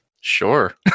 Sure